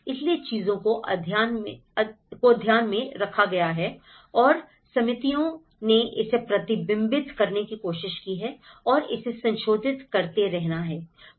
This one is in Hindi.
इसलिए चीजों को ध्यान में रखा गया है और समितियों ने इसे प्रतिबिंबित करने की कोशिश की है और इसे संशोधित करते रहना है